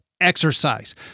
exercise